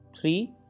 Three